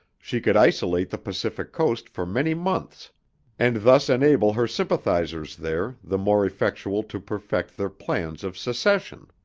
she could isolate the pacific coast for many months and thus enable her sympathizers there the more effectually to perfect their plans of secession.